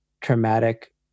traumatic